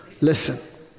Listen